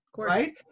right